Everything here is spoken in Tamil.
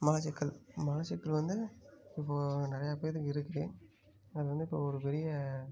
மலச்சிக்கல் மலச் சிக்கல் வந்து இப்போது நிறையா பேர்த்துக்கு இருக்குது அது வந்து இப்போது ஒரு பெரிய